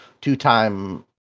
two-time